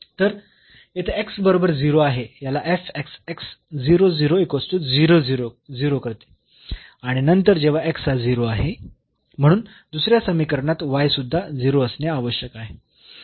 तर येथे बरोबर 0 हे याला 0 करते आणि नंतर जेव्हा हा 0 आहे म्हणून दुसऱ्या समीकरणात सुद्धा 0 असणे आवश्यक आहे